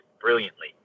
brilliantly